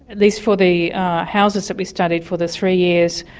at least for the houses that we studied for the three years,